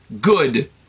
Good